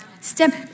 Step